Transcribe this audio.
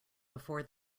before